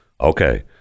okay